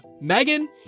Megan